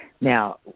Now